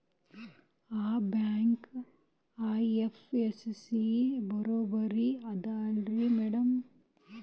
ಆ bank IFSC ಬರೊಬರಿ ಅದಲಾರಿ ಮ್ಯಾಡಂ?